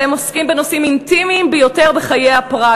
והם עוסקים בנושאים אינטימיים ביותר בחיי הפרט,